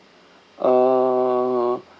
uh